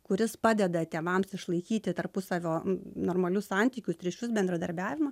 kuris padeda tėvams išlaikyti tarpusavio normalius santykius ryšius bendradarbiavimą